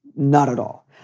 not at all.